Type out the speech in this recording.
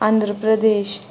Andhra Pradesh